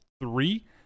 three